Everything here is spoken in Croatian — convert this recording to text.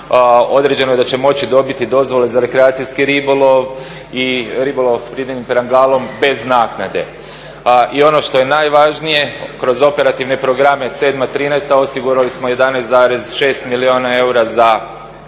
određeno je da će moći dobiti dozvole za rekreacijski ribolov i ribolov … parangalom bez naknade. I ono što je najvažnije, kroz operativne programe 2007.-2013. osigurali smo 11,6 milijuna eura za 3